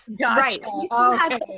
right